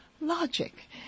logic